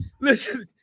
Listen